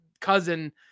cousin